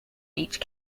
each